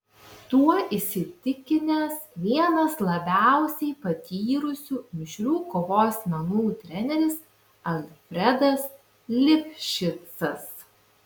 tuo įsitikinęs vienas labiausiai patyrusių mišrių kovos menų treneris alfredas lifšicas